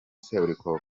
seburikoko